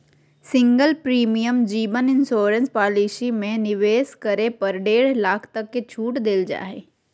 single premium जीवन insurance policy में निवेश करे पर डेढ़ लाख तक के छूट देल जा हइ